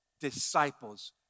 disciples